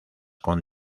con